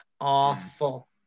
Awful